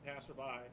passerby